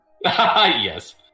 Yes